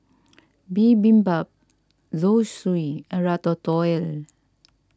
Bibimbap Zosui and Ratatouille